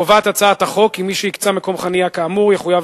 קובעת הצעת החוק כי מי שהקצה מקום חנייה כאמור יחויב